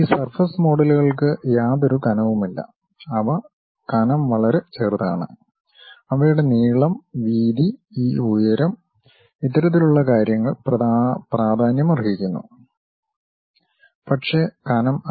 ഈ സർഫസ് മോഡലുകൾക്ക് യാതൊരു കനവുമില്ല അവ കനം വളരെ ചെറുതാണ് അവയുടെ നീളം വീതി ഈ ഉയരം ഇത്തരത്തിലുള്ള കാര്യങ്ങൾ പ്രാധാന്യമർഹിക്കുന്നു പക്ഷേ കനം അല്ല